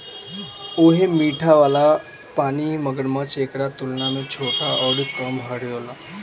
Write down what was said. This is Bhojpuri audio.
उहे मीठा पानी वाला मगरमच्छ एकरा तुलना में छोट अउरी कम भारी होला